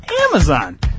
Amazon